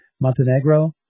Montenegro